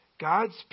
God's